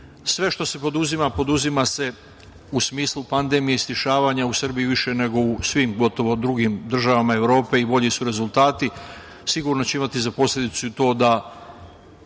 što se poduzima poduzima se u smislu pandemije i stišavanja u Srbiji više nego u gotovo svim drugim državama Evrope i bolji su rezultati. Sigurno će imati za posledicu i to da